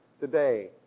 Today